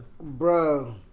bro